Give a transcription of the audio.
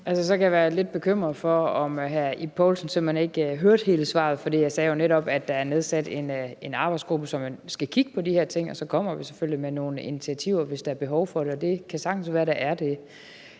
Jeg kan være lidt bekymret for, om hr. Ib Poulsen simpelt hen ikke hørte hele svaret, for jeg sagde netop, at der er nedsat en arbejdsgruppe, som skal kigge på de her ting, og så kommer vi selvfølgelig med nogle initiativer, hvis der er behov for det. Det kan sagtens være, der er det.